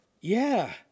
Yeah